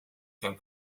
can